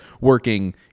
working